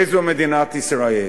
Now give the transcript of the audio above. איזו מדינת ישראל.